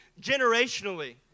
generationally